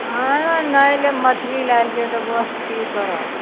हँ नहि लेब मछली लए लेलियै तऽ बस की करब